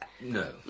No